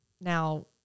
Now